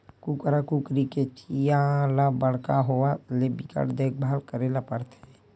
कुकरा कुकरी के चीया ल बड़का होवत ले बिकट देखभाल करे ल परथे